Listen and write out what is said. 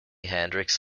hendrix